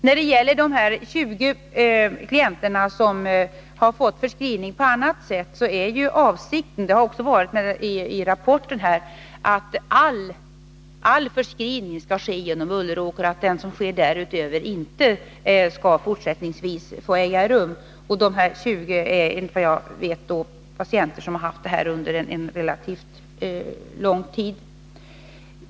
När det gäller de 20 klienter som har fått förskrivning på annat sätt är ju avsikten — vilket också föreslås i rapporten — att all förskrivning skall ske genom Ulleråker och att någon förskrivning därutöver fortsättningsvis inte skall få äga rum. Dessa 20 personer är enligt vad jag vet patienter som haft den här förskrivningen under en relativt lång tid.